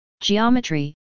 Geometry